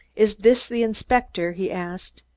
is this the inspector? he asked.